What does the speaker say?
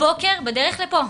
הבוקר בדרך לפה,